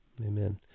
Amen